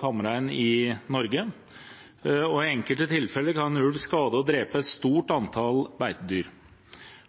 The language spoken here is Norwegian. tamrein i Norge, og i enkelte tilfeller kan ulv skade og drepe et stort antall beitedyr.